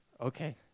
okay